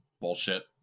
bullshit